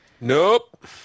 Nope